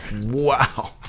Wow